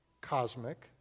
cosmic